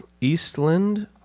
Eastland